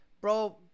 bro